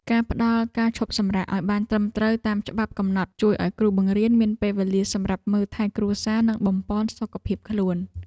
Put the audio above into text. ការផ្តល់ការឈប់សម្រាកឱ្យបានត្រឹមត្រូវតាមច្បាប់កំណត់ជួយឱ្យគ្រូបង្រៀនមានពេលវេលាសម្រាប់មើលថែគ្រួសារនិងបំប៉នសុខភាពខ្លួន។